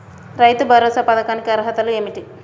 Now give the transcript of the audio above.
రైతు భరోసా పథకానికి అర్హతలు ఏమిటీ?